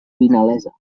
vinalesa